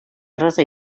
erraza